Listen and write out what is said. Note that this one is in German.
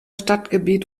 stadtgebiet